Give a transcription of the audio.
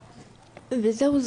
וזהו.